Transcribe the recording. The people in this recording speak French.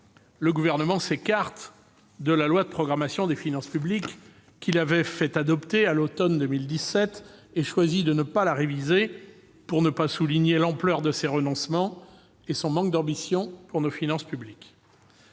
le Gouvernement s'écarte de la loi de programmation des finances publiques qu'il avait fait adopter à l'automne 2017 et choisit de ne pas la réviser pour ne pas souligner l'ampleur de ses renoncements et son manque d'ambition pour nos finances publiques.